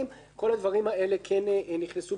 כל הדברים הללו כן נכנסו ב-(ט).